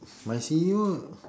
my C_E_O